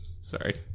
Sorry